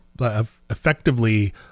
effectively